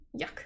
Yuck